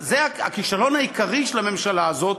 זה הכישלון העיקרי של הממשלה הזאת,